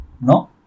no